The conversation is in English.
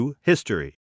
History